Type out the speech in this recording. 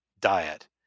diet